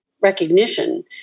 recognition